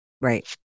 Right